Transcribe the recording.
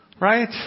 right